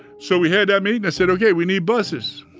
so we had that meeting. i said, okay. we need buses.